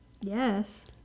Yes